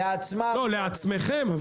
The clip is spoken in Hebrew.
לעצמכם.